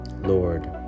Lord